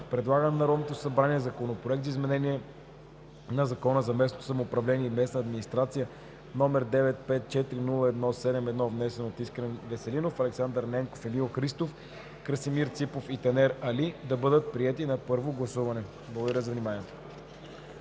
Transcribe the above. предлага на Народното събрание Законопроект за изменение на Закона за местното самоуправление и местната администрация, № 954-01-71, внесен от Искрен Веселинов, Александър Ненков, Емил Христов, Красимир Ципов и Танер Али, да бъде приет на първо гласуване.“ Благодаря за вниманието.